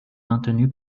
maintenu